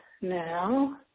now